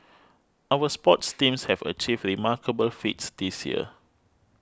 our sports teams have achieved remarkable feats this year